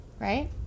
Right